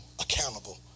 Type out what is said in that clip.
accountable